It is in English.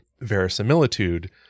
verisimilitude